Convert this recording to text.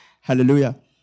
Hallelujah